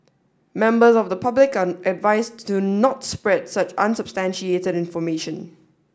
members of the public are advised to not to spread such unsubstantiated information